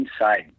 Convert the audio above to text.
inside